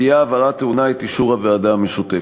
תהיה ההעברה טעונה את אישור הוועדה המשותפת.